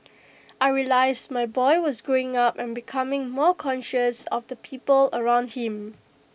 I realised my boy was growing up and becoming more conscious of the people around him